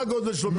מה הגודל שלו?